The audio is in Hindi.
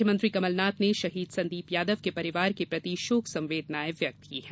मुख्यमंत्री कमलनाथ ने शहीद संदीप यादव के परिवार के प्रति शोक संवदेनाएं व्यक्त की है